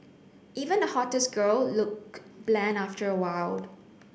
even the hottest girl look bland after awhile